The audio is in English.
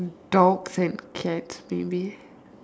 dogs and cats maybe